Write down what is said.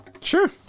Sure